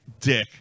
Dick